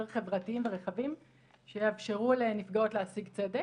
חברתיים ורחבים שיאפשרו לנפגעות להשיג צדק.